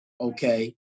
Okay